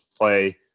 play